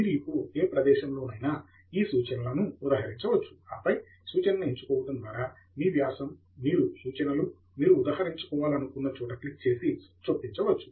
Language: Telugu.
మీరు ఇప్పుడు ఏ ప్రదేశంలోనైనా ఈ సూచనలను ఉదహరించవచ్చు ఆపై సూచనను ఎంచుకోవడం ద్వారా మీ వ్యాసం మీరు సూచనలు మీరు ఉదహరించాలనుకున్న చోట క్లిక్ చేసి చొప్పించ వచ్చు